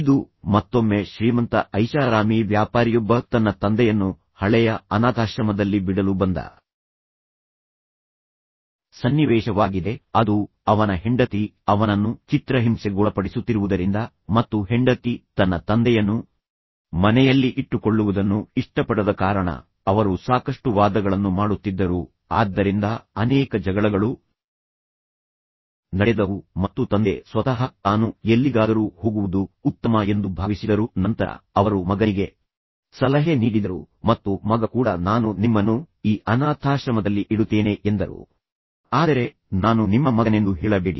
ಇದು ಮತ್ತೊಮ್ಮೆ ಶ್ರೀಮಂತ ಐಷಾರಾಮಿ ವ್ಯಾಪಾರಿಯೊಬ್ಬ ತನ್ನ ತಂದೆಯನ್ನು ಹಳೆಯ ಅನಾಥಾಶ್ರಮದಲ್ಲಿ ಬಿಡಲು ಬಂದ ಸನ್ನಿವೇಶವಾಗಿದೆ ಅದು ಅವನ ಹೆಂಡತಿ ಅವನನ್ನು ಚಿತ್ರಹಿಂಸೆಗೊಳಪಡಿಸುತ್ತಿರುವುದರಿಂದ ಮತ್ತು ಹೆಂಡತಿ ತನ್ನ ತಂದೆಯನ್ನು ಮನೆಯಲ್ಲಿ ಇಟ್ಟುಕೊಳ್ಳುವುದನ್ನು ಇಷ್ಟಪಡದ ಕಾರಣ ಅವರು ಸಾಕಷ್ಟು ವಾದಗಳನ್ನು ಮಾಡುತ್ತಿದ್ದರು ಆದ್ದರಿಂದ ಅನೇಕ ಜಗಳಗಳು ನಡೆದವು ಮತ್ತು ತಂದೆ ಸ್ವತಃ ತಾನು ಎಲ್ಲಿಗಾದರೂ ಹೋಗುವುದು ಉತ್ತಮ ಎಂದು ಭಾವಿಸಿದರು ನಂತರ ಅವರು ಮಗನಿಗೆ ಸಲಹೆ ನೀಡಿದರು ಮತ್ತು ಮಗ ಕೂಡ ನಾನು ನಿಮ್ಮನ್ನು ಈ ಅನಾಥಾಶ್ರಮದಲ್ಲಿ ಇಡುತ್ತೇನೆ ಎಂದು ಹೇಳಿದರು ಆದರೆ ನಾನು ನಿಮ್ಮ ಮಗನೆಂದು ತಪ್ಪಾಗಿ ಅವರಿಗೆ ಹೇಳಬೇಡಿ